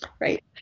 Right